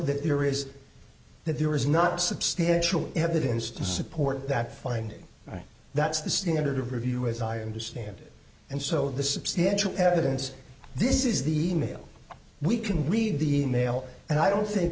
that there is that there is not substantial evidence to support that finding that's the standard of review as i understand it and so the substantial evidence this is the e mail we can read the e mail and i don't think